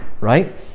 Right